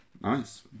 Nice